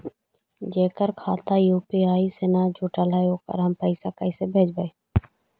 जेकर खाता यु.पी.आई से न जुटल हइ ओकरा हम पैसा कैसे भेजबइ?